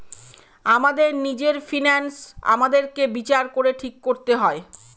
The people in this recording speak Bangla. আমাদের নিজের ফিন্যান্স আমাদেরকে বিচার করে ঠিক করতে হয়